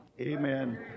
amen